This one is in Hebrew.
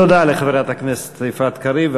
תודה לחברת הכנסת יפעת קריב.